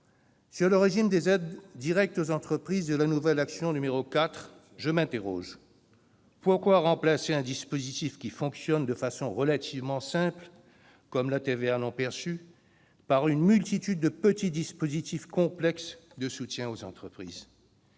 Sur le régime des aides directes aux entreprises de la nouvelle action n° 04, je m'interroge : pourquoi remplacer un dispositif qui fonctionne de façon relativement simple- la TVA non perçue récupérable -par une multitude de petits dispositifs complexes de soutien aux entreprises ?